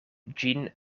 ĝin